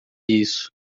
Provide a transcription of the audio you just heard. isso